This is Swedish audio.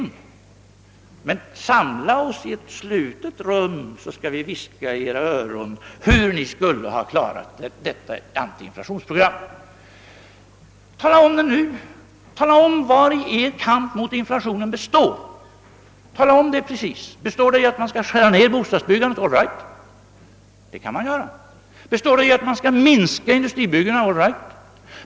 Ni säger: »Samla oss i ett slutet rum så skall vi viska i era öron hur ni skulle ha klarat antiinflationskampen!» Tala nu om vari ert program för kampen mot inflationen består! Består det i att man skall skära ned bostadsbyggandet? All right, det kan man göra. Består det i att man skall minska industribyggandet? All right.